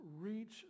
reach